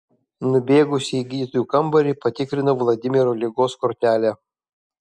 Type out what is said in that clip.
nubėgusi į gydytojų kambarį patikrinau vladimiro ligos kortelę